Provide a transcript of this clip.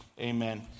Amen